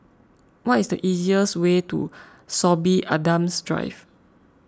what is the easiest way to Sorby Adams Drive